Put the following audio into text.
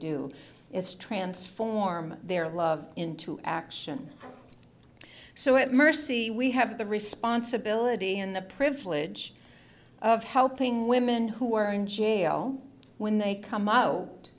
do is transform their love into action so it mercy we have the responsibility in the privilege of helping women who are in jail when they come out